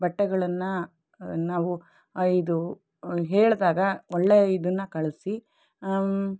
ಬಟ್ಟೆಗಳನ್ನು ನಾವು ಇದು ಹೇಳಿದಾಗ ಒಳ್ಳೆಯ ಇದನ್ನು ಕಳಿಸಿ